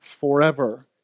forever